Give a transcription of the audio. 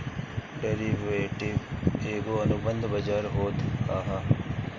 derivative एगो अनुबंध बाजार होत हअ